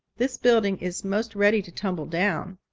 this building is most ready to tumble down.